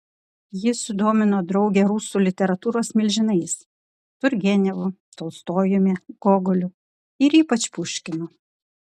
ji sudomino draugę rusų literatūros milžinais turgenevu tolstojumi gogoliu ir ypač puškinu